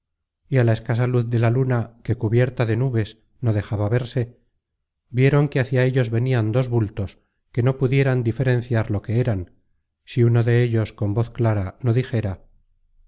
á la escasa luz de la luna que cubierta de nubes no dejaba verse vieron que hacia ellos venian dos bultos que no pudieran diferenciar lo que eran si uno dellos con voz clara no dijera